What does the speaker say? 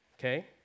okay